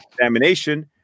examination